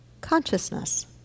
Consciousness